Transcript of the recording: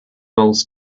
bills